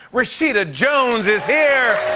rashida jones is here.